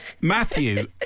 Matthew